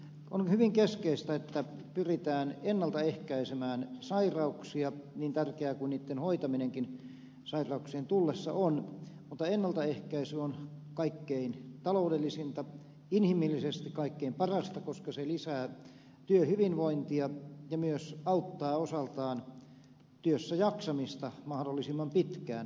on hyvin keskeistä että pyritään ennalta ehkäisemään sairauksia niin tärkeää kuin niitten hoitaminenkin sairauksien tullessa on mutta ennaltaehkäisy on kaikkein taloudellisinta inhimillisesti kaikkein parasta koska se lisää työhyvinvointia ja myös auttaa osaltaan työssäjaksamista mahdollisimman pitkään